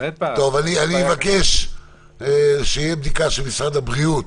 אני מבקש שתהיה בדיקה של משרד הבריאות